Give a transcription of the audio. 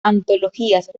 antologías